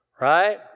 right